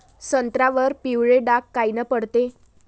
संत्र्यावर पिवळे डाग कायनं पडते?